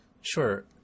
Sure